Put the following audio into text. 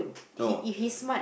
no